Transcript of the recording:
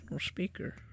speaker